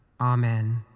Amen